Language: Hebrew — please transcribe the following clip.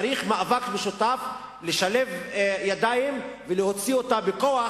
צריך מאבק משותף, לשלב ידיים ולהוציא אותה בכוח,